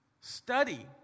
study